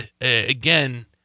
again